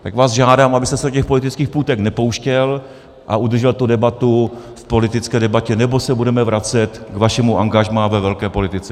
Tak vás žádám, abyste se do těch politických půtek nepouštěl a udržel tu debatu v politické debatě, nebo se budeme vracet k vašemu angažmá ve velké politice.